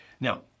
Now